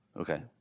Okay